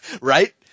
Right